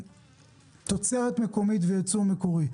תוצרת מקומית וייצור מקומי.